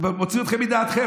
זה מוציא אתכם מדעתכם,